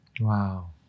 Wow